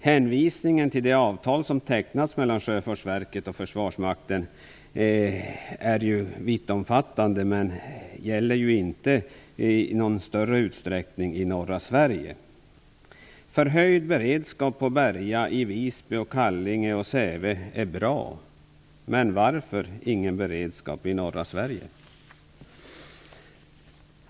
Hänvisningen till det avtal som tecknats mellan Sjöfartsverket och Försvarsmakten är vittomfattande men gäller inte i någon större utsträckning i norra Sverige. Förhöjd beredskap på Berga, i Visby, Kallinge och Säve är bra, men varför finns ingen sådan beredskap i norra Sverige?